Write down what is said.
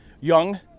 Young